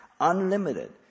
unlimited